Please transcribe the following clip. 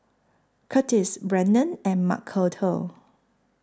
Curtiss Brennen and Macarthur